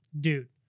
dude